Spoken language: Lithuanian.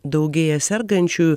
daugėja sergančiųjų